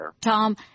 Tom